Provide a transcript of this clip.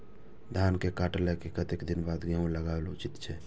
धान के काटला के कतेक दिन बाद गैहूं लागाओल उचित छे?